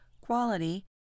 quality